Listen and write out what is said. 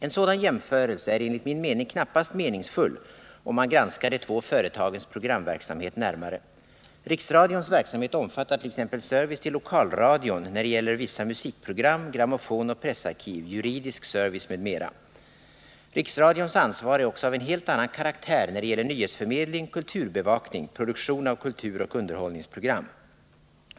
En sådan jämförelse är enligt min mening knappast meningsfull om man granskar de två företagens programverksamhet närmare. Riksradions verksamhet omfattar t.ex. service till lokalradion när det gäller vissa musikprogram, grammofonoch pressarkiv, juridisk service m.m. Riksradions ansvar är också av en helt annan karaktär när det gäller nyhetsförmedling, kulturbevakning, produktion av kulturoch underhållningsprogram.